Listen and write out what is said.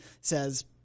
says